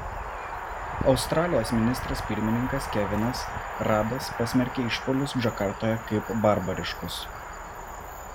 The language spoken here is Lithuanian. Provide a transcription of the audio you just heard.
australijos ministras pirmininkas kevinas radas pasmerkė išpuolius džakartoje kaip barbariškus